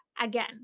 again